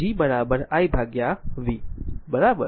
તો તેથી જ G i v બરાબર